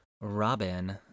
Robin